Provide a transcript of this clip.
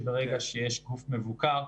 שברגע שיש גוף מבוקר,